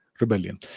rebellion